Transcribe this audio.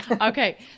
Okay